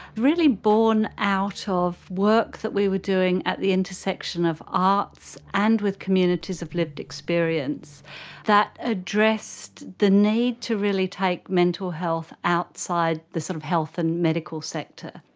really borne out ah of work that we were doing at the intersection of arts and with communities of lived experience that addressed the need to really take mental health outside the sort of health and medical sector.